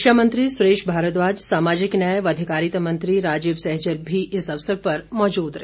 शिक्षा मंत्री सुरेश भारद्वाज सामाजिक न्याय व अधिकारिता मंत्री राजीव सहजल भी इस अवसर पर मौजूद रहे